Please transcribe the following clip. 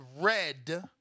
red